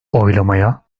oylamaya